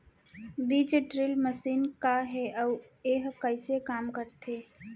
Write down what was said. बीज drill machine का हे अऊ एहा कइसे काम करथे?